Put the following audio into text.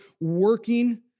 working